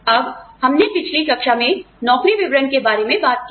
अब हमने पिछली कक्षा में नौकरी विवरण के बारे में बात की थी